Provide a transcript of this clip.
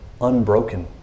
unbroken